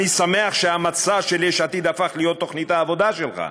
אני שמח שהמצע של יש עתיד הפך להיות תוכנית העבודה שלך.